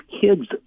kids